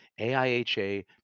AIHA